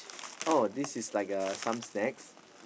oh this is like uh some snacks